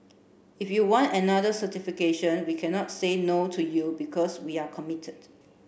if you want another certification we cannot say no to you because we're committed